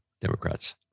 Democrats